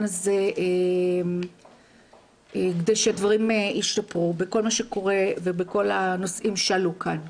הזה כדי שהדברים ישתפרו בכל מה שקורה ובכל הנושאים שעלו כאן.